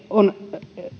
on